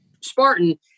Spartan